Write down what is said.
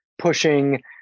pushing